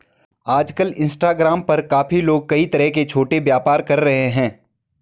आजकल इंस्टाग्राम पर काफी लोग कई तरह के छोटे व्यापार कर रहे हैं